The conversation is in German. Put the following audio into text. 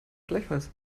gleichfalls